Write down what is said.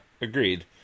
agreed